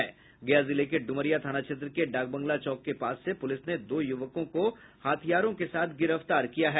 गया जिले के ड्मरिया थाना क्षेत्र के डाकबंगला चौक के पास से पूलिस ने दो युवकों को हथियार के साथ गिरफ्तार किया है